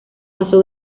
pasó